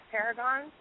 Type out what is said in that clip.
Paragon